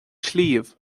sliabh